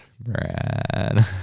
Brad